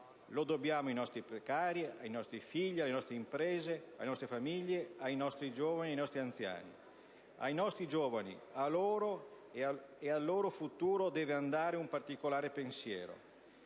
lo dobbiamo ai nostri precari, ai nostri figli, alle nostre imprese, alle nostre famiglie, ai nostri giovani e ai nostri anziani. Ai nostri giovani - a loro e al loro futuro - deve andare un particolare pensiero.